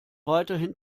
weiterhin